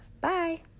Bye